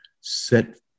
Set